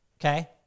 okay